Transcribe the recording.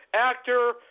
Actor